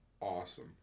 awesome